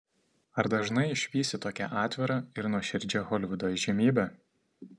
ar dažnai išvysi tokią atvirą ir nuoširdžią holivudo įžymybę